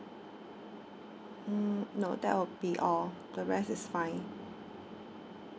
mm no that will be all the rest is fine